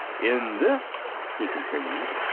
in this, he continued,